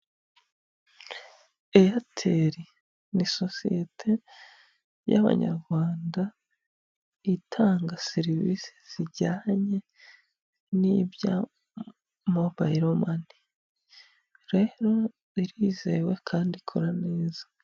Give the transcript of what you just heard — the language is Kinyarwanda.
Eyateri ni isosiyete y'Abanyarwanda itanga serivisi zijyanye n'ibya mobayiro mane. Rero irizewe kandi ikora neza.